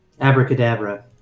Abracadabra